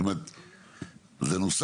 זה גם נכון שזה יופיע בסעיף הזה.